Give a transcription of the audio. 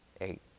eight